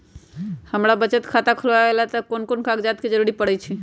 हमरा बचत खाता खुलावेला है त ए में कौन कौन कागजात के जरूरी परतई?